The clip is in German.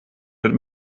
mit